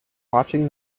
watching